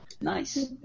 nice